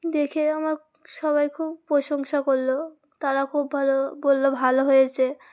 দেখে আমার সবাই খুব প্রশংসা করলো তারা খুব ভালো বললো ভালো হয়েছে